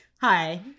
hi